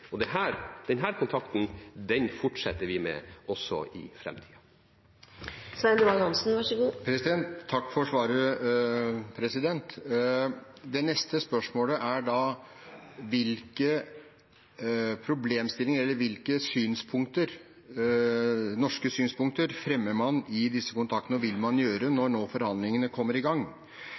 kontakten fortsetter vi med også i framtiden. Takk for svaret. Det neste spørsmålet er: Hvilke problemstillinger, eller hvilke norske synspunkter, fremmer man i disse kontaktene, og hva vil man gjøre, når nå forhandlingene kommer i gang?